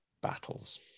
battles